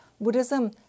Buddhism